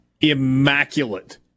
immaculate